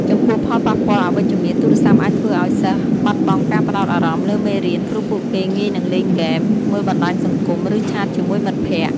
ចំពោះផលប៉ះពាល់អវិជ្ជមាន ទូរស័ព្ទអាចធ្វើឲ្យសិស្សបាត់បង់ការផ្ដោតអារម្មណ៍លើមេរៀន ព្រោះពួកគេងាយនឹងលេងហ្គេម មើលបណ្ដាញសង្គម ឬឆាតជាមួយមិត្តភក្តិ។